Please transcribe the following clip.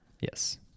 Yes